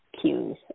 cues